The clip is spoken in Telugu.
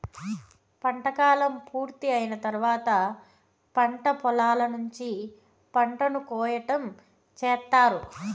పంట కాలం పూర్తి అయిన తర్వాత పంట పొలాల నుంచి పంటను కోయటం చేత్తారు